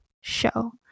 show